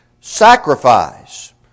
sacrifice